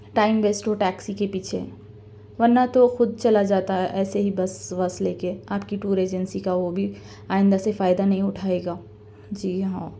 time waste ہو taxi کے پیچھے ورنہ تو خود چلا جاتا ایسے ہی بس وس لے کے آپ کی ٹور ایجنسی کا وہ بھی آئندہ سے فائدہ نہیں اُٹھائےگا جی ہاں